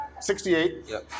68